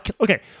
Okay